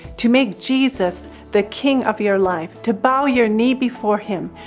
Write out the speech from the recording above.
to make jesus the king of your life, to bow your knee before him.